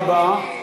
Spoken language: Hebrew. תודה רבה.